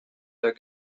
der